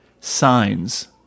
Signs